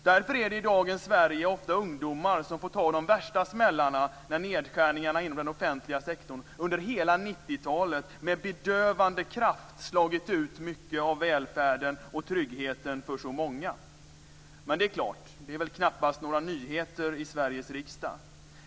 Därför är det i dagens Sverige ofta ungdomar som får ta de värsta smällarna när nedskärningarna i den offentliga sektorn under hela 90-talet med bedövande kraft slagit ut mycket av välfärden och tryggheten för så många. Men det är klart att det knappast är några nyheter i Sveriges riksdag.